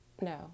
No